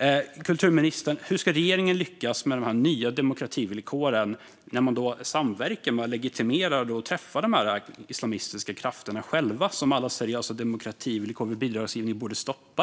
menar kulturministern att regeringen ska lyckas med de nya demokrativillkoren när man samtidigt samverkar med, legitimerar och träffar just de islamistiska krafter som alla seriösa demokrativillkor vid bidragsgivning borde stoppa?